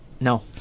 No